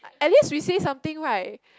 at least we say something right